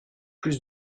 plus